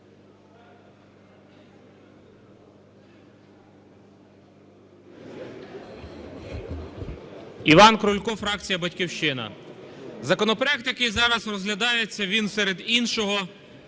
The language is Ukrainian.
Іван Крулько, фракція "Батьківщина". Законопроект, який зараз розглядається, він, серед іншого,